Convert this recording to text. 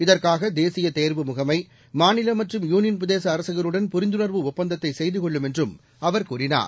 இதற்காக தேசிய தேர்வு முகமை மாநில மற்றும் யூனியன் பிரதேச அரசுகளுடன் புரிந்துணர்வு ஒப்பந்தத்தை செய்து கொள்ளும் என்றும் அவர் கூறினார்